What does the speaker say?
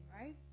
right